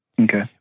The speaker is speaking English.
Okay